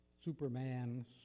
superman